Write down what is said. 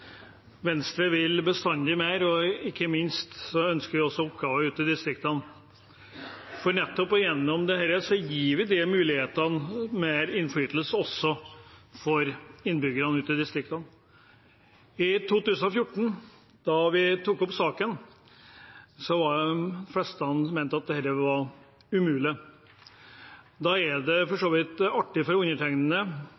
Venstre vil bestandig mer, og ikke minst ønsker vi flere oppgaver ute i distriktene. Nettopp gjennom dette gir vi muligheter og mer innflytelse også til innbyggerne ute i distriktene. Da vi tok opp saken i 2014, mente de fleste at dette var umulig. Da er det for